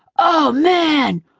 oh man!